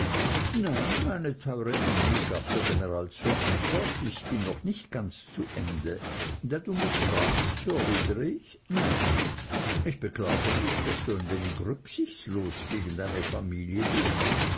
nein meine teure ännie gab der general zur antwort ich bin noch nicht ganz zu ende da du mich fragst so erwidere ich nein ich beklage mich daß du ein wenig rücksichtslos gegen deine familie bist